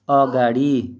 अगाडि